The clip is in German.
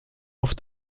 auf